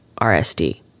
RSD